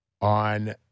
on